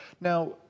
Now